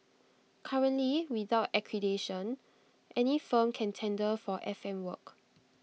currently without accreditation any firm can tender for F M work